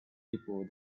people